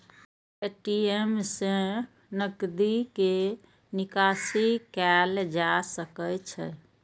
ATM सं नकदी के निकासी कैल जा सकै छै